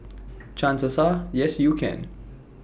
chances are yes you can